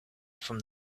from